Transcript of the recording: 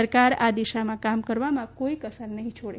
સરકાર આ દિશામાં કામ કરવામાં કોઇ કસર નહીં છોડે